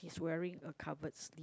he's wearing a covered slip